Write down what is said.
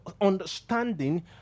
understanding